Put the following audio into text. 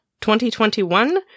2021